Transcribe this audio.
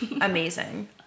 Amazing